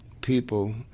people